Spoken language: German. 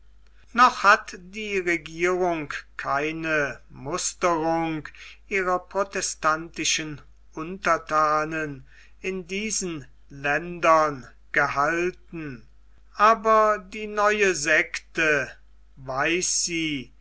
noch hat die regierung keine musterung ihrer protestantischen unterthanen in diesen ländern gehalten aber die neue sekte weiß sie